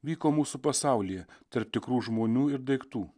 vyko mūsų pasaulyje tarp tikrų žmonių ir daiktų